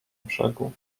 brzegu